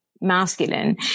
masculine